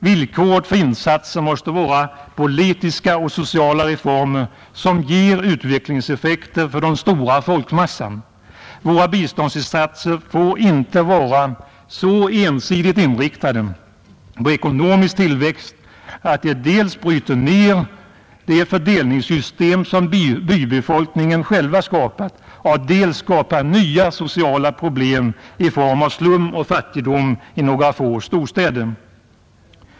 Villkoret för insatser måste vara politiska och sociala reformer, som ger utvecklingseffekter för de stora folkmassorna. Våra biståndsinsatser får inte vara så ensidigt inriktade på ekonomisk tillväxt att de dels bryter ned det fördelningssystem som bybefolkningen själv skapat, dels skapar nya sociala problem i form av slum och fattigdom i några få storstäder.